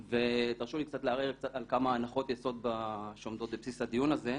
תרשו לי קצת לערער על כמה הנחות יסוד שעומדות בבסיס הדיון הזה.